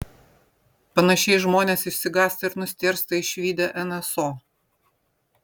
panašiai žmonės išsigąsta ir nustėrsta išvydę nso